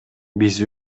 биз